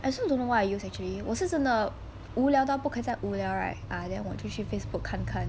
I also don't know why I use actually 我是真的无聊到不可再无聊 right then 我就去 facebook 看看